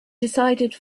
decided